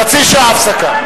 חצי שעה הפסקה.